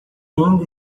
ainda